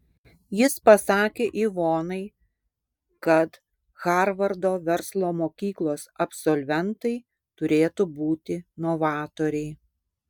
jis pasakė ivonai kad harvardo verslo mokyklos absolventai turėtų būti novatoriai